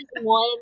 one